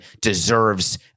deserves